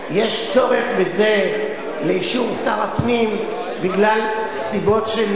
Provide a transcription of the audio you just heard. לא, יש צורך בזה באישור שר הפנים בגלל סיבות של